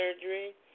surgery